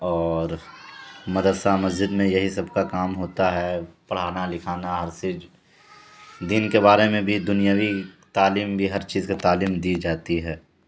اور مدرسہ مسجد میں یہی سب کا کام ہوتا ہے پڑھانا لکھانا ہر چیز دین کے بارے میں بھی دنیاوی تعلیم بھی ہر چیز کا تعلیم دی جاتی ہے